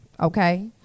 okay